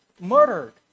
murdered